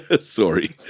Sorry